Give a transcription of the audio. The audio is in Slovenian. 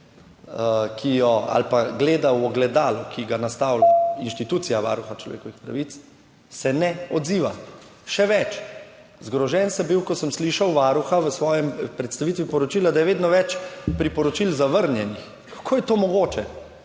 vest ali pa gleda v ogledalo, ki ga nastavlja institucija Varuha človekovih pravic, se ne odziva. Še več, zgrožen sem bil, ko sem slišal varuha v predstavitvi poročila, da je vedno več priporočil zavrnjenih. Kako je to mogoče?!